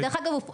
ודרך אגב,